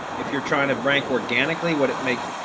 if you're trying to rank order, and actually what it makes?